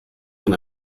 von